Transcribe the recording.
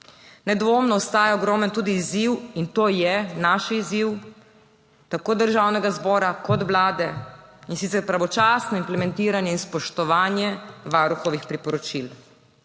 Nedvomno ostaja ogromen tudi izziv, in to je naš izziv, tako Državnega zbora kot Vlade, in sicer pravočasno implementiranje in spoštovanje Varuhovih priporočil,